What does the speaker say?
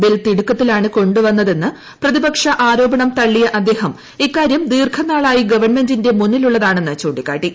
bill തിടുക്കുത്തിലാണ് കൊണ്ടുവന്നതെന്ന് പ്രതിപക്ഷ ആ രോപണം തള്ളിയ അദ്ദേഹം ഇക്കാര്യം ദീർഘനാളായി ഗവൺ മെന്റിന്റെ മുന്നിലുള്ളതാണെന്ന് ചൂണ്ടിക്കാട്ടി